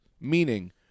Meaning